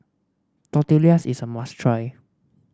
tortillas is a must try